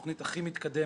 התוכנית הכי מתקדמת